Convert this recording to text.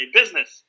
business